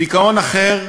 דיכאון אחר,